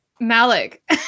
Malik